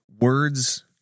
words